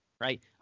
right